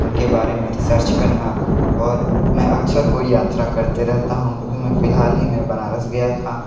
उनके बारे में रिसर्च करना और मैं अक्सर कोई यात्रा करते रहता हूँ अभी मैं फ़िलहाल ही में बनारस गया था